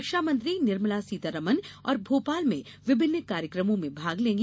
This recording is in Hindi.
रक्षामंत्री निर्मला सीतारमन भोपाल में विभिन्न कार्यक्रमो में भाग लेंगी